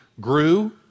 grew